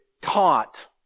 taught